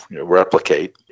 replicate